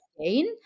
again